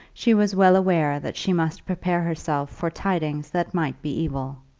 she was well aware that she must prepare herself for tidings that might be evil.